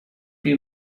you